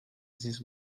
this